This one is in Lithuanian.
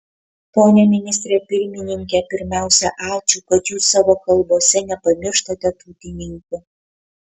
pone ministre pirmininke pirmiausia ačiū kad jūs savo kalbose nepamirštate tautininkų